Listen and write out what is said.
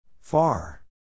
Far